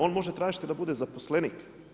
On može tražiti da bude zaposlenik.